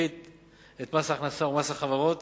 המפחית את מס ההכנסה ומס החברות